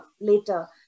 later